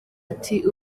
ati